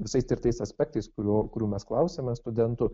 visais tirtais aspektais kurio kurių mes klausėme studentų